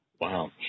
Wow